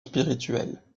spirituel